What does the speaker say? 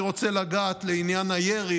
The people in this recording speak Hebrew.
אני רוצה לגעת בעניין הירי,